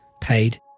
paid